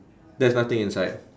there's nothing inside